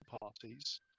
parties